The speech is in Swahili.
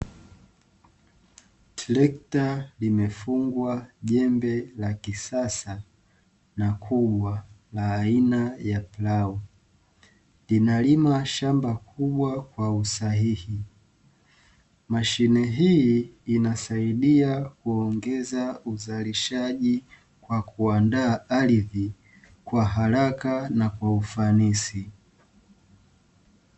Trekta limefungwa jembe la kisasa na kubwa la aina ya plau linalima shamba kubwa kwa usahihi, mashine hii inasaidia kuongeza uzalishaji kwa kuandaa ardhi kwa haraka na ufanisi.